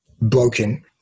broken